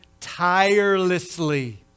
tirelessly